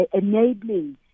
enabling